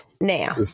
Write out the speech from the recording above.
Now